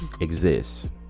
exists